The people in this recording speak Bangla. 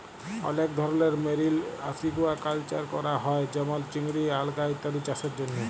অলেক ধরলের মেরিল আসিকুয়াকালচার ক্যরা হ্যয়ে যেমল চিংড়ি, আলগা ইত্যাদি চাসের জন্হে